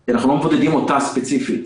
כי אנחנו לא מבודדים אותה ספציפית.